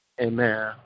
Amen